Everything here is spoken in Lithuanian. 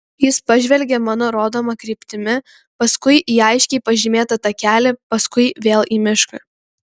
jis pažvelgė mano rodoma kryptimi paskui į aiškiai pažymėtą takelį paskui vėl į mišką